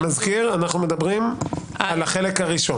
אני מזכיר שאנחנו מדברים על החלק הראשון.